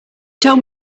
told